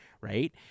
right